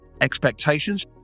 expectations